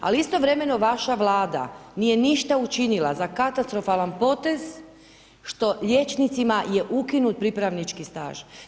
Ali istovremeno vaša Vlada nije ništa učinila za katastrofalan potez što liječnicima je ukinut pripravnički staž.